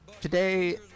today